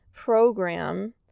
program